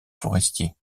forestiers